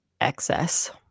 excess